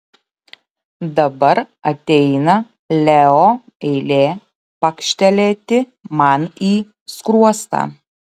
dabar ateina leo eilė pakštelėti man į skruostą